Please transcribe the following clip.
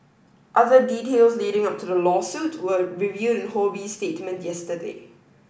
other details leading up to the lawsuit were revealed in Ho Bee's statement yesterday